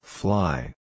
Fly